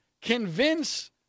convince